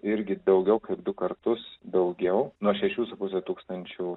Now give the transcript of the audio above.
irgi daugiau kaip du kartus daugiau nuo šešių su puse tūkstančių